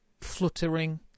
fluttering